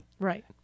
Right